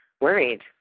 worried